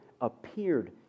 appeared